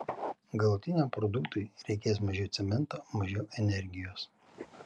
galutiniam produktui reikės mažiau cemento mažiau energijos